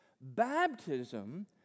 baptism